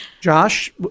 Josh